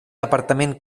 departament